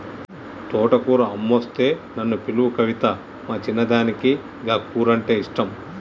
తోటకూర అమ్మొస్తే నన్ను పిలువు కవితా, మా చిన్నదానికి గా కూరంటే ఇష్టం